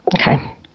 Okay